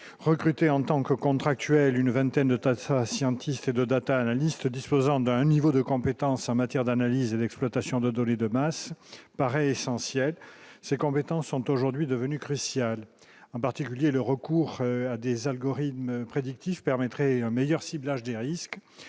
recruté en tant que contractuel, une vingtaine de tonnes ça scientiste et de Data analyste disposant d'un niveau de compétence en matière d'analyse l'exploitation de données de masse paraît essentiel ses compétences sont aujourd'hui devenues cruciales, en particulier le recours à des algorithmes prédictifs permettrait un meilleur ciblage des risques